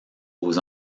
aux